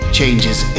changes